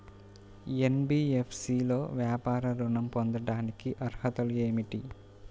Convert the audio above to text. NBFC లో వ్యాపార ఋణం పొందటానికి అర్హతలు ఏమిటీ?